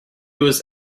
was